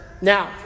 Now